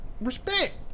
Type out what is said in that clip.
respect